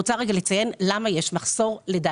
לציין למה יש מחסור.